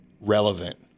relevant